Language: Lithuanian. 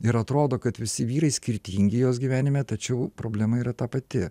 ir atrodo kad visi vyrai skirtingi jos gyvenime tačiau problema yra ta pati